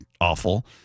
awful